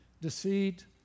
Deceit